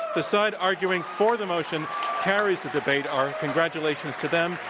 the side arguing for the motion carries the debate. our congratulations to them.